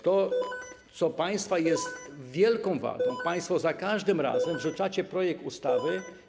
To, co jest państwa wielką wadą, państwo za każdym razem rzucacie projekt ustawy.